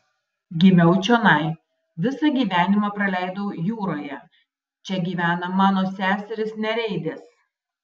gimiau čionai visą gyvenimą praleidau jūroje čia gyvena mano seserys nereidės